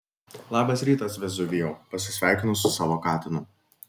labas rytas vezuvijau pasisveikinu su savo katinu